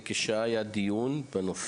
דרך אגב,